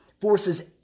forces